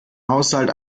haushalt